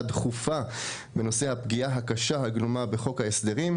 דחופה בנושא הפגיעה הקשה הגלומה בחוק ההסדרים,